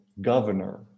governor